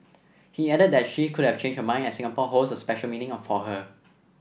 he added that she could have changed her mind as Singapore holds a special meaning for her